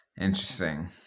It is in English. interesting